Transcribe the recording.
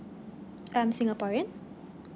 I'm singaporean